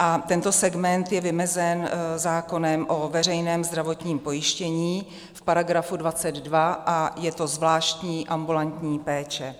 a tento segment je vymezen zákonem o veřejném zdravotním pojištění v § 22 a je to zvláštní ambulantní péče.